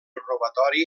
robatori